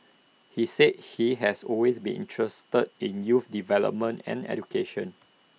he said he has always been interested in youth development and education